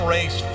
race